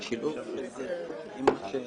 חלק מתוך זה שמיוחס רק